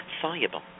soluble